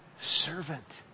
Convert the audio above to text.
servant